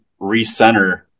recenter